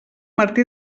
martí